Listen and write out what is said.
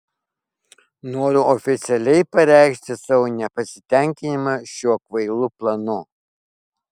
noriu oficialiai pareikšti savo nepasitenkinimą šiuo kvailu planu